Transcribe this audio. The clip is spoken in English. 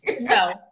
No